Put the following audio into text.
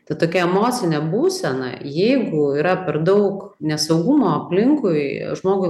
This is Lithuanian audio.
ta tokia emocinė būsena jeigu yra per daug nesaugumo aplinkui žmogui